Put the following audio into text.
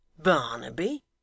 Barnaby